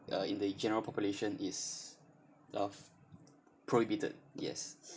uh in the general population is of prohibited yes